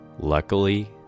Luckily